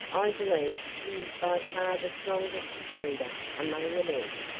i believe he is by far the strongest leader among the men,